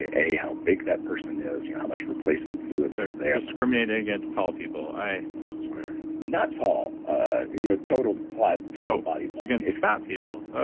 a, how big that person is, you know how much replacement fluids are there discriminating against tall people. i i swear not tall, ah you know total but body volume against fat people.